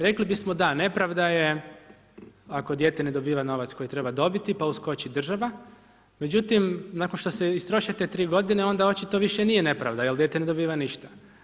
Rekli bismo da, nepravda je ako dijete ne dobiva novac koji treba dobiti pa uskoči država, međutim nakon što se istroše te tri godine onda očito više nije nepravda jel dijete ne dobiva ništa.